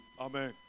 Amen